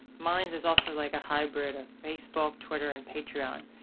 minds is also like a hybrid of facebook, twitter, and patreon.